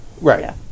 Right